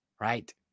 right